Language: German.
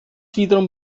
wiederum